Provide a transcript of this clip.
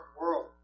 world